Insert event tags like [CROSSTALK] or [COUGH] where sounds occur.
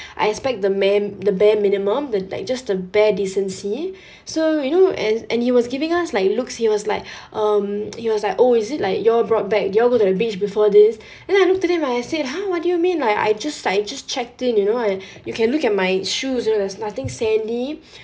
I expect the man the bare minimum the like just the bare decency [BREATH] so you know and and he was giving us like looks he was like [BREATH] um he was like oh is it like you all brought back did you all go to beach before this [BREATH] then I looked at him I say !huh! what do you mean like I just I just checked in you know I [BREATH] you can look at my shoes you know there's nothing sandy